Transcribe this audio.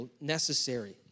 necessary